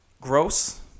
gross